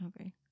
Okay